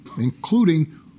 including